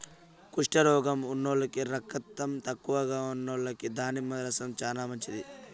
కుష్టు రోగం ఉన్నోల్లకి, రకతం తక్కువగా ఉన్నోల్లకి దానిమ్మ రసం చానా మంచిది